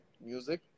music